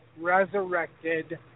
resurrected